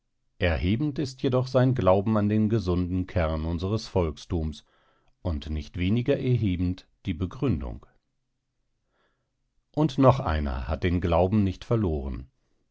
erhebend ist jedoch sein glauben an den gesunden kern unseres volkstums und nicht weniger erhebend die begründung und noch einer hat den glauben nicht verloren